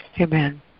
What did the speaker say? Amen